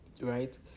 right